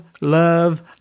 love